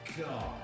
God